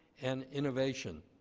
and innovation,